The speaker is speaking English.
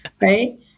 Right